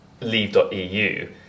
Leave.eu